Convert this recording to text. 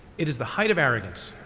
it is the height of arrogance.